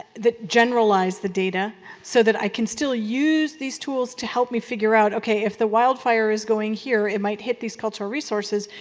generalized the data so that i can still use these tools to help me figure out okay, if the wildfire is going here, it might hit these cultural resources.